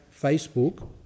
Facebook